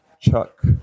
Chuck